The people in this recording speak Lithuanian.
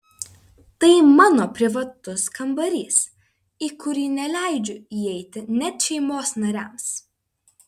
tai mano privatus kambarys į kurį neleidžiu įeiti net šeimos nariams